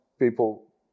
people